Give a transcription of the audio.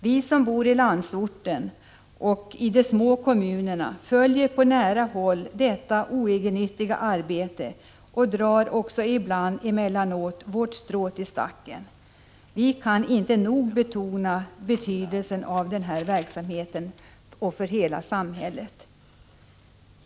Vi som bor i landsorten och i de små kommunerna följer på nära håll detta oegennyttiga arbete och drar emellanåt vårt strå till stacken. Vi kan inte nog betona betydelsen för hela samhället av den här verksamheten.